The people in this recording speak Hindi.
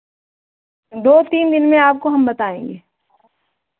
दो तीन दिन में आपको हम बताएंगे